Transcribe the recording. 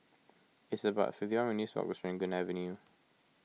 it's about fifty one minutes' walk to Serangoon Avenue